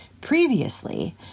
Previously